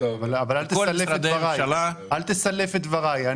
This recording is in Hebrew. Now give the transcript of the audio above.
אבל אל תסלף את דבריי.